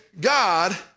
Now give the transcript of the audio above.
God